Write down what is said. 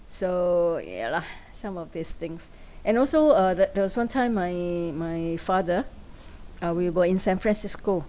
so ya lah some of these things and also uh the~ there was one time my my father uh we were in san francisco